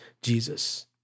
Jesus